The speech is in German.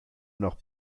noch